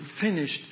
finished